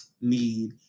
need